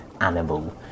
animal